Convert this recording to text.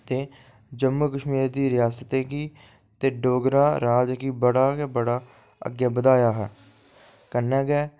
ते जम्मू कश्मीर दी रियास्त गी ते डोगरा राज़ गी बड़ा गै बड़ा अग्गै बधाया हा कन्नै गै